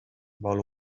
vol